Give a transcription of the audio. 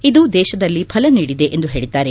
ಇದು ದೇಶದಲ್ಲಿ ಫಲ ನೀಡಿದೆ ಎಂದು ಹೇಳಿದ್ದಾರೆ